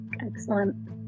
Excellent